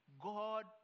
God